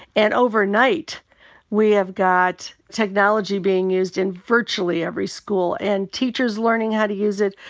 and overnight we have got technology being used in virtually every school and teachers learning how to use it,